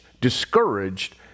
discouraged